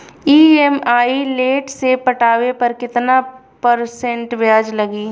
EMI late से पटावे पर कितना परसेंट ब्याज लगी?